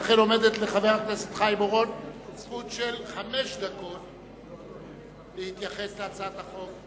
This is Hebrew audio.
ולכן עומדת לחבר הכנסת חיים אורון זכות של חמש דקות להתייחס להצעת החוק.